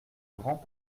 grands